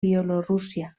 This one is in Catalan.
bielorússia